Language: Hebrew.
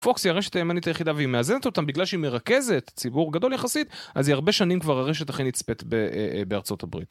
פוקס היא הרשת הימנית היחידה והיא מאזנת אותה בגלל שהיא מרכזת ציבור גדול יחסית אז היא הרבה שנים כבר הרשת הכי נצפת בארצות הברית